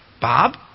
Bob